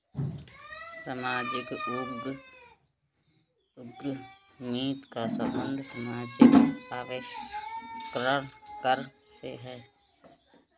सामाजिक उद्यमिता का संबंध समाजिक आविष्कार से है